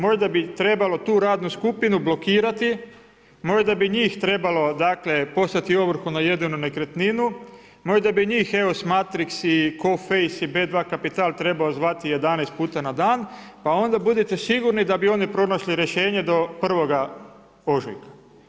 Možda bi trebalo tu radnu skupinu blokirati, možda bi njih trebalo dakle poslati ovrhu na jedinu nekretninu, možda bi njih EOS Matrix, … i B2 kapital trebao zvati 11 puta na dan pa onda budite sigurno da bi oni pronašli rješenje do 1. ožujka.